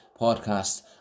podcast